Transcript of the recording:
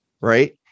right